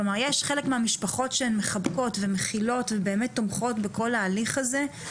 כלומר יש חלק מהמשפחות שמחבקות ומכילות ובאמת תומכות בכל ההליך הזה,